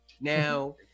now